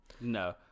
No